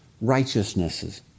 righteousnesses